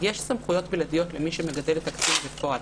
יש סמכויות בלעדיות למי שמגדל את הקטין בפועל,